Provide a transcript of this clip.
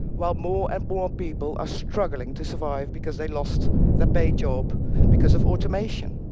while more and more people are struggling to survive because they lost their paid job because of automation.